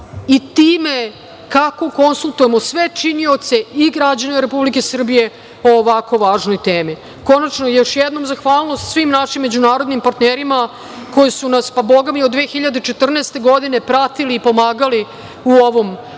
i time kako konsultujemo sve činioce i građane Republike Srbije o ovako važnoj temi. Konačno, još jednom zahvalnost svim našim međunarodnim partnerima koji su nas, pa Boga mi od 2014. godine pratili i pomagali u ovom